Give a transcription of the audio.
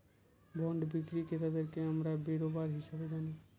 bond বিক্রি ক্রেতাদেরকে আমরা বেরোবার হিসাবে জানি